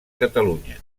catalunya